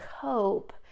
cope